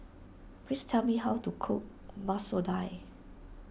please tell me how to cook Masoor Dal